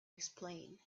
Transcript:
explain